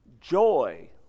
Joy